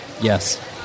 Yes